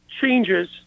changes –